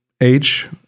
age